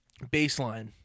baseline